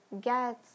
get